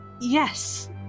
Yes